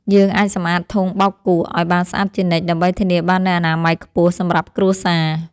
យើងអាចសម្អាតធុងបោកគក់ឱ្យបានស្អាតជានិច្ចដើម្បីធានាបាននូវអនាម័យខ្ពស់សម្រាប់គ្រួសារ។